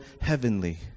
heavenly